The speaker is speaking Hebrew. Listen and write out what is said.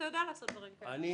אתה יודע לעשות מהלכים כאלה.